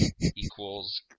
equals